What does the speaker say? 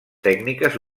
tècniques